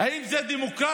האם זה דמוקרטי?